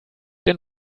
den